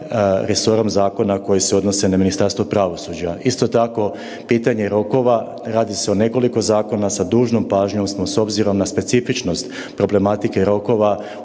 resorom zakona koje se odnose na Ministarstvo pravosuđa. Isto tako pitanje rokova radi se o nekoliko zakona, sa dužnom pažnjom smo s obzirom na specifičnost problematike rokova